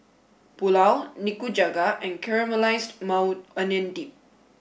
Pulao Nikujaga and Caramelized Maui Onion Dip